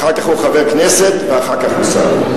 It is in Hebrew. אחר כך הוא חבר הכנסת ואחר כך הוא שר.